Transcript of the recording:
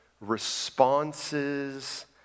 responses